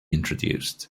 introduced